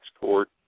court